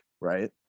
right